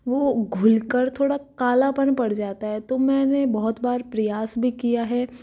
वो घुल कर थोड़ा कालापन पड़ जाता है तो मैंने बहुत बार प्रयास भी किया है